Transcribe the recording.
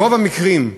ברוב המקרים,